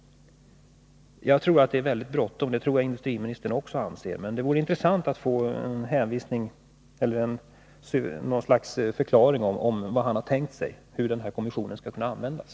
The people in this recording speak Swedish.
Jag tror att det är mycket bråttom — det tror jag industriministern också anser. Det vore intressant att få något slags förklaring till hur han tänkt sig att kommissionen skall kunna användas.